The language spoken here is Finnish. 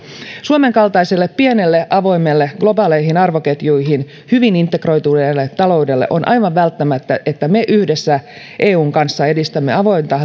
suomen kaltaiselle pienelle avoimelle globaaleihin arvoketjuihin hyvin integroituneelle taloudelle on aivan välttämätöntä että me yhdessä eun kanssa edistämme avointa